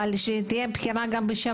זה בסל, אבל שתהיה בחירה גם בשב"ן.